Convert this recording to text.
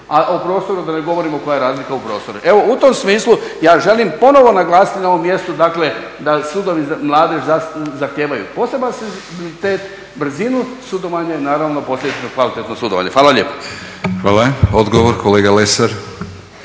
a o prostoru da ne govorimo koja je razlika u prostoru. Evo u tom smislu ja želim ponovno naglasiti na ovom mjestu da sudovi za mladež zahtijevaju poseban senzibilitet, brzinu sudovanja i naravno posljedično kvalitetno sudovanje. Hvala lijepo. **Batinić, Milorad